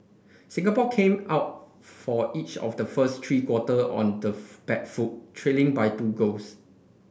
Singapore came out for each of the first three quarter on the back foot trailing by two goals